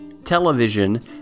television